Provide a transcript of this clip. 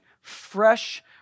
fresh